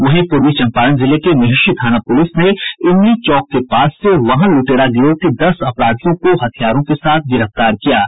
वहीं पूर्वी चंपारण जिले के मेहिषी थाना पुलिस ने इमली चौक के पास से वाहन लूटेरा गिरोह के दस अपराधियों को हथियारों के साथ गिरफ्तार किया गया है